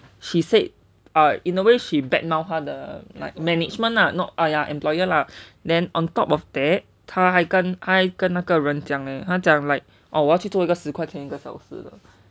she said ah in a way she badmouth 她的:tae de like management lah not ah ya employer lah then on top of that 她还跟她还跟那个人讲:tae hai gen tae hai gen na ge ren jiang leh 她讲:tae jiang like 她要去做一个十块钱一个小时的:tae yao qu zuo yi ge shi kuai qian yi ge xiao shi de